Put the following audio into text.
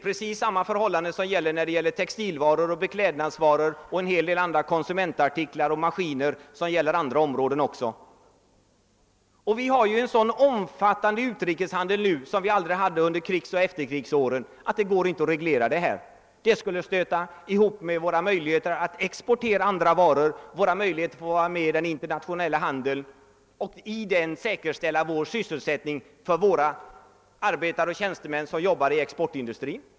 Precis samma förhållande råder när det gäller textilvaror, beklädnadsvaror, en del andra konsumentartiklar, maskiner osv. Vi har nu en så omfattande utrikeshandel, som vi aldrig hade under krigsoch efterkrigsåren, att det inte går att reglera denna sak. Det skulle stöta ihop med våra möjligheter att exportera andra varor, med våra möjligheter att vara med i den internationella handeln och därigenom säkerställa sysselsättningen för arbetare och tjänstemän inom vår exportindustri.